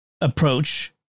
approach